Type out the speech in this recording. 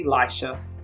Elisha